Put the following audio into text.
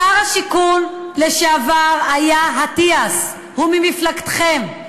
שר השיכון לשעבר היה אטיאס, הוא ממפלגתכם.